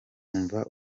umva